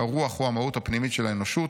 שהרוח הוא המהות הפנימית של האנושות,